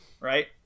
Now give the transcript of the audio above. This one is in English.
Right